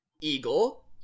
eagle